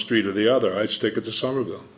street or the other i stick it to some of them